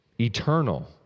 eternal